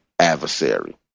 adversary